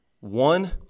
one